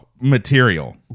material